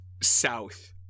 south